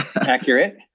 Accurate